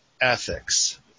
Ethics